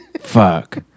Fuck